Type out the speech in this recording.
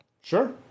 Sure